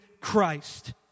Christ